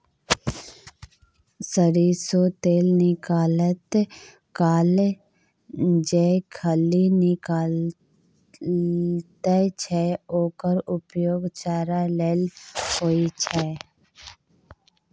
सरिसों तेल निकालैत काल जे खली निकलैत छै ओकर प्रयोग चारा लेल होइत छै